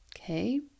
okay